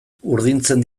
urdintzen